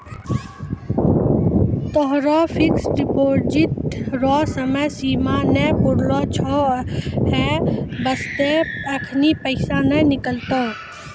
तोहरो fixed deposit रो समय सीमा नै पुरलो छौं है बास्ते एखनी पैसा नै निकलतौं